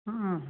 ହୁଁ ହୁଁ ହୁଁ